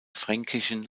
fränkischen